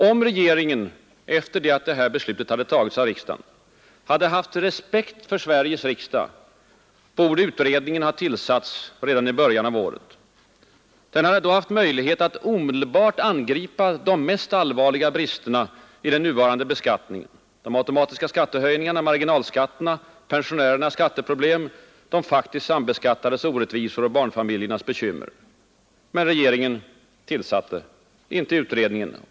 Om regeringen efter det att detta beslut fattats av riksdagen hade haft respekt för Sveriges riksdag, borde utredningen ha tillsatts redan i början av året. Den hade då haft möjlighet att omedelbart angripa de mest allvarliga bristerna i den nuvarande beskattningen, de automatiska skattehöjningarna, marginalskatterna, pensionärernas skatteproblem, de faktiskt sambeskattades orättvisor, barnfamiljernas bekymmer. Men regeringen tillsatte inte utredningen.